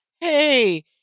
hey